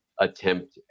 attempt